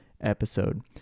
episode